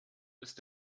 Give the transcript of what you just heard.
ist